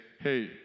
hey